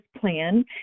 plan